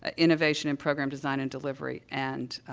ah innovation and program design and delivery and,